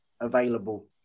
available